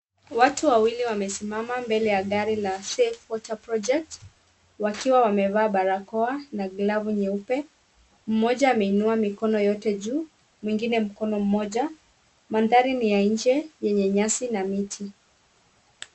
Watu wawili wamesimama mbele ya gari la Safe Water Project , wakiwa wamevaa barakoa na glavu nyeupe. Mmoja ameinua mikono yote juu mwingine mkono mmoja. Mandhari ni ya nje yenye nyasi na miti.